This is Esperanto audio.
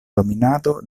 dominado